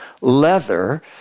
leather